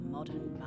Modern